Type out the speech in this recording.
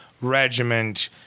regiment